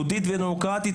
יהודית ודמוקרטית,